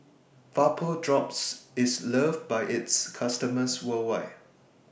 Vapodrops IS loved By its customers worldwide